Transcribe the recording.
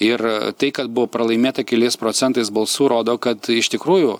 ir tai kad buvo pralaimėta keliais procentais balsų rodo kad iš tikrųjų